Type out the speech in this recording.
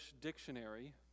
dictionary